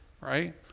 right